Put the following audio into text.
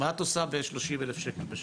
מה את עושה ב-30 אלף שקל בשנה?